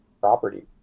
property